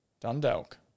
Dundalk